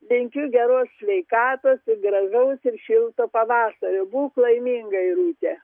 linkiu geros sveikatos ir gražaus ir šilto pavasario būk laiminga irute